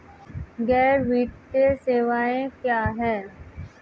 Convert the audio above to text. गैर वित्तीय सेवाएं क्या हैं?